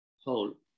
whole